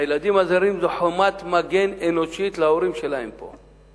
הילדים הזרים זו חומת מגן אנושית להורים שלהם פה.